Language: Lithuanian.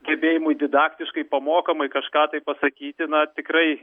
gebėjimui didaktiškai pamokomai kažką tai pasakyti na tikrai